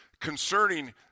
concerning